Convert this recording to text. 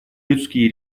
людские